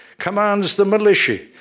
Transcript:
commands the militia,